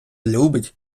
любить